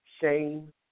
shame